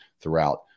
throughout